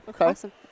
Okay